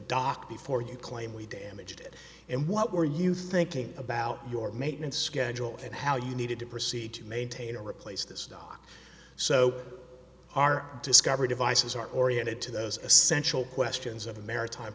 dock before you claim we damaged it and what were you thinking about your maintenance schedule and how you needed to proceed to maintain or replace that stock so our discovery devices are oriented to those essential questions of the maritime